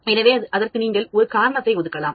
எனவே அதற்கு நீங்கள் ஒரு காரணத்தை ஒதுக்கலாம்